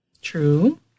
True